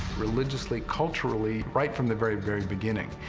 religiously, culturally right from the very, very beginning,